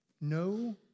No